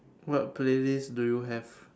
what playlist do you have